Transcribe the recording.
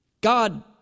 God